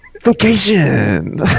Vacation